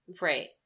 Right